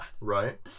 Right